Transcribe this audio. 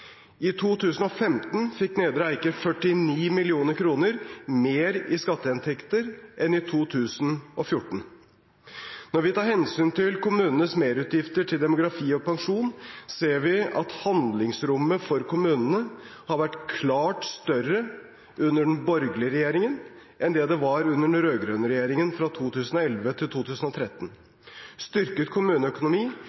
I 2015 fikk Nedre Eiker 49 mill. kr mer i skatteinntekter enn i 2014. Når vi tar hensyn til kommunenes merutgifter til demografi og pensjon, ser vi at handlingsrommet for kommunene har vært klart større under den borgerlige regjeringen enn det det var under den rød-grønne regjeringen fra 2011 til 2013.